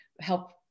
help